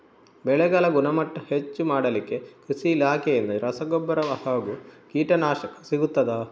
ಬೆಳೆಗಳ ಗುಣಮಟ್ಟ ಹೆಚ್ಚು ಮಾಡಲಿಕ್ಕೆ ಕೃಷಿ ಇಲಾಖೆಯಿಂದ ರಸಗೊಬ್ಬರ ಹಾಗೂ ಕೀಟನಾಶಕ ಸಿಗುತ್ತದಾ?